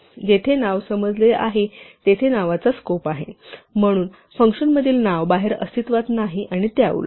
जेथे नाव समजले आहे तेथे नावाचा स्कोप आहे म्हणून फंक्शनमधील नाव बाहेर अस्तित्वात नाही आणि त्याउलट